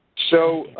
so,